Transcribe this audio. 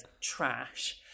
trash